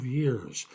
years